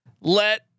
let